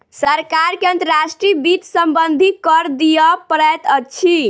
सरकार के अंतर्राष्ट्रीय वित्त सम्बन्धी कर दिअ पड़ैत अछि